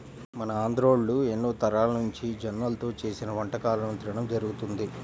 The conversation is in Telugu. మన ఆంధ్రోల్లు ఎన్నో తరాలనుంచి జొన్నల్తో చేసిన వంటకాలను తినడం జరుగతంది